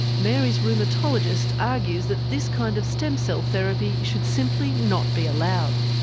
mary's rheumatologist argues that this kind of stem cell therapy should simply not be allowed.